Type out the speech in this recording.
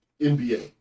NBA